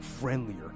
friendlier